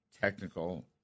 technical